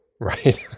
Right